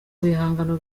bihangano